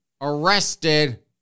arrested